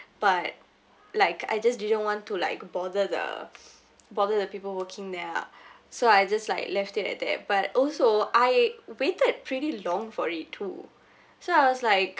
but like I just didn't want to like bother the bother the people working there ah so I just like left it at there but also I waited pretty long for it too so I was like